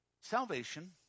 salvation